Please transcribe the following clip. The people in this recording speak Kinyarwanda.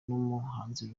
n’umuhanzi